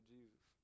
Jesus